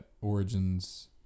Origins